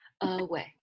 away